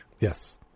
Yes